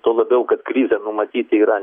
tuo labiau kad krizę numatyti yra